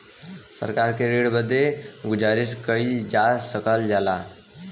सरकार से ऋण बदे गुजारिस कइल जा सकल जाला